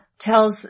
tells